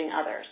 others